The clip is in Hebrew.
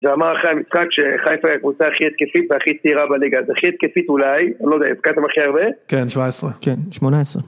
זה אמר אחרי המשחק שחייפה היא הקבוצה הכי התקפית והכי צעירה בליגה, אז הכי התקפית אולי, אני לא יודע, הפקתם הכי הרבה? כן, 17. כן, 18.